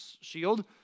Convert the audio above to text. shield